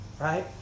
right